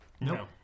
No